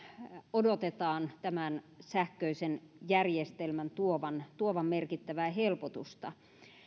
tämän sähköisen järjestelmän odotetaan tuovan merkittävää helpotusta